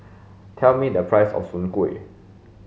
tell me the price of soon kuih